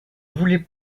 voulait